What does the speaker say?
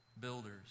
builders